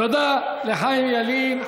תודה לחיים ילין.